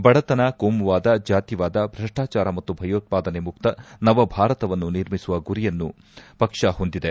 ಬಡತನ ಕೋಮುವಾದ ಜಾತಿವಾದ ಭ್ರಷ್ಟಾಚಾರ ಮತ್ತು ಭಯೋತ್ವಾದನೆ ಮುಕ್ತ ನವಭಾರತವನ್ನು ನಿರ್ಮಿಸುವ ಗುರಿಯನ್ನು ಪಕ್ಷ ಹೊಂದಿದೆ